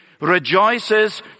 rejoices